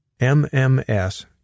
MMS